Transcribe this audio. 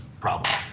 problem